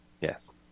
yes